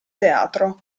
teatro